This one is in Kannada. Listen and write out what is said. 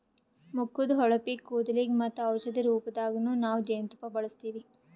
ಮುಖದ್ದ್ ಹೊಳಪಿಗ್, ಕೂದಲಿಗ್ ಮತ್ತ್ ಔಷಧಿ ರೂಪದಾಗನ್ನು ನಾವ್ ಜೇನ್ತುಪ್ಪ ಬಳಸ್ತೀವಿ